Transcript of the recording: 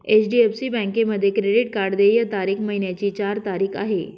HDFC बँकेमध्ये credit card देय तारीख महिन्याची चार तारीख आहे